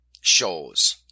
shows